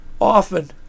Often